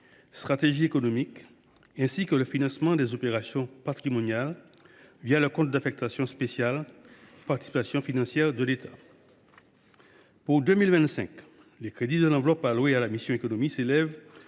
Stratégies économiques », ainsi que le financement des opérations patrimoniales le compte d’affectation spéciale « Participations financières de l’État ». Pour 2025, les crédits de l’enveloppe alloués à la mission « Économie » s’élèvent